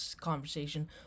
conversation